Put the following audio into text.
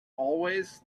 always